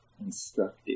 instructive